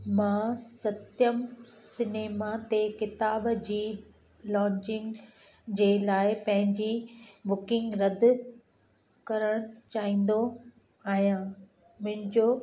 मां सत्यम सिनेमा ते किताब जी लॉजिंग जे लाइ पंहिंजी बुकिंग रदि करणु चाहींदो आहियां मुंहिंजो